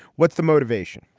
what's the motivation?